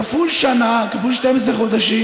כפול שנה, כפול 12 חודשים,